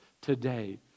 today